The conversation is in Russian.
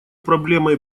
проблемой